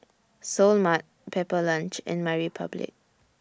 Seoul Mart Pepper Lunch and MyRepublic